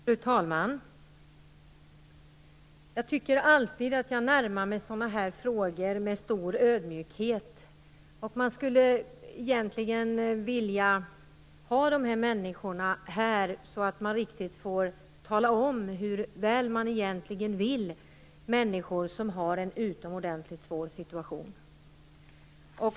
Fru talman! Jag tycker alltid att jag närmar mig sådana här frågor med stor ödmjukhet. Man skulle egentligen vilja ha dessa människor här, så att man riktigt fick tala om hur väl man vill människor som har en utomordentligt svår situation.